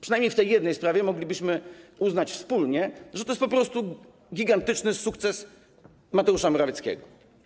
Przynajmniej w tej jednej sprawie moglibyśmy wspólnie uznać, że to jest po prostu gigantyczny sukces Mateusz Morawieckiego.